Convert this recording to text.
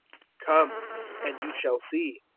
come and you shall see,